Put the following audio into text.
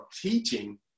teaching